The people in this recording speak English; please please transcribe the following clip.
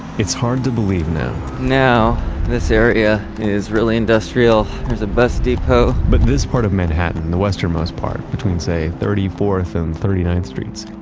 it's hard to believe now now this area is really industrial. there's a bus depot but this part of manhattan, the western-most part, between say thirty-fourth and thirty-ninth streets.